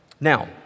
Now